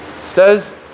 Says